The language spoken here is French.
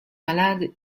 malade